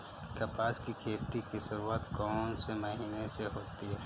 कपास की खेती की शुरुआत कौन से महीने से होती है?